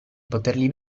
poterli